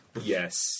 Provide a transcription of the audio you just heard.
Yes